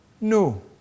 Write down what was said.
no